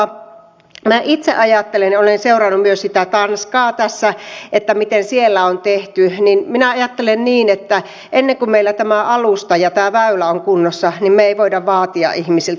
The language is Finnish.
minä itse ajattelen ja olen seurannut myös sitä tanskaa tässä miten siellä on tehty ja minä ajattelen niin että ennen kuin meillä tämä alusta ja tämä väylä on kunnossa niin me emme voi vaatia ihmisiltä